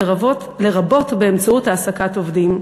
לרבות באמצעות העסקת עובדים.